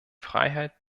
freiheit